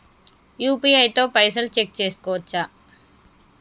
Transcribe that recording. UPI తో పైసల్ check చేసుకోవచ్చా?